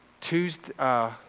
Tuesday